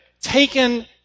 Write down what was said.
taken